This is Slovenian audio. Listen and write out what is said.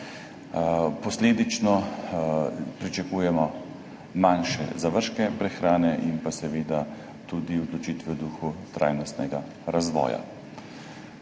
Posledično pričakujemo manjše zavržke prehrane in pa seveda tudi odločitve v duhu trajnostnega razvoja.